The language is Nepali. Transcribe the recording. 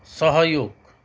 सहयोग